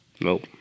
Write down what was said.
Nope